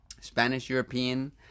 Spanish-European